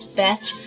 best